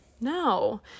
no